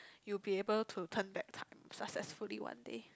you be able to turn back successfully one day